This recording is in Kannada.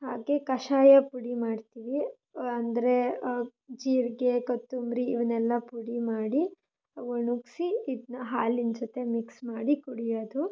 ಹಾಗೆ ಕಷಾಯ ಪುಡಿ ಮಾಡ್ತೀವಿ ಅಂದರೆ ಜೀರಿಗೆ ಕೊತ್ತಂಬರಿ ಇವನ್ನೆಲ್ಲ ಪುಡಿ ಮಾಡಿ ಒಣಗ್ಸಿ ಇದನ್ನ ಹಾಲಿನ ಜೊತೆ ಮಿಕ್ಸ್ ಮಾಡಿ ಕುಡಿಯೋದು